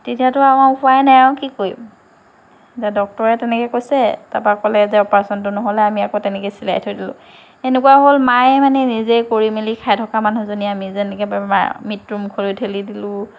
তেতিয়াতো আৰু আমাৰ উপায় নাই আৰু কি কৰিম এতিয়া ডক্তৰে তেনেকৈ কৈছে তাৰ পৰা ক'লে যে অপাৰেচনটো নহ'লে আমি আকৌ তেনেকৈ চিলাই থৈ দিলোঁ এনেকুৱা হ'ল মায়ে মানে নিজে কৰি মেলি খাই থকা মানুহজনী আমি যেন এনেকৈ মৃত্যুৰ মুখলৈ ঠেলি দিলোঁ